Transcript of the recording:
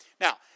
Now